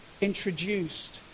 introduced